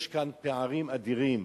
יש כאן פערים אדירים